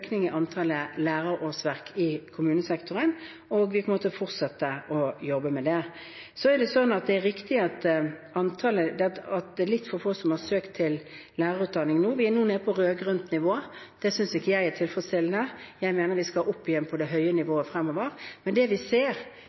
i antallet lærerårsverk i kommunesektoren. Vi kommer til å fortsette å jobbe med det. Det er riktig at det er litt for få som har søkt seg til lærerutdanningene nå. Vi er nå nede på rød-grønt nivå. Det synes ikke jeg er tilfredsstillende. Jeg mener vi skal opp igjen på et høyt nivå fremover. Men det vi ser,